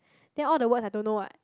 then all the words I don't know what